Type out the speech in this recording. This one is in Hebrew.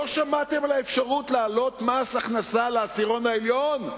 לא שמעתם על האפשרות להעלות מס הכנסה לעשירון העליון?